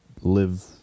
live